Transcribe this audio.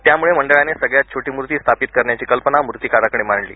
त्यामूळे मंडळाने सगळ्यात छोटी मूर्ती स्थापित करण्याची कल्पना मूर्तीकाराकडे मांडली